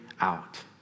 out